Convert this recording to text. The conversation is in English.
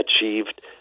achieved